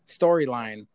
storyline